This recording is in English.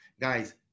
Guys